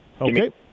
Okay